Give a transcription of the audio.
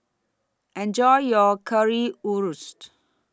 Enjoy your Currywurst